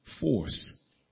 force